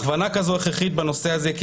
הכוונה כזו היא הכרחית בנושא הזה כי